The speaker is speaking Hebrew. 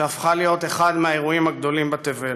שהפכה להיות אחד מהאירועים הגדולים בתבל.